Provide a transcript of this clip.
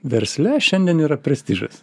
versle šiandien yra prestižas